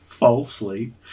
Falsely